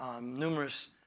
numerous